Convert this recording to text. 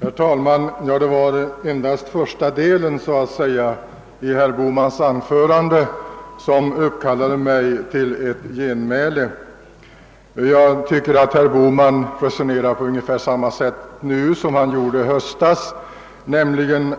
Herr talman! Det var endast första delen av herr Bohmans anförande som uppkallade mig till genmäle. Jag finner att herr Bohman resonerar ungefär likadant nu som han gjorde i höstas: han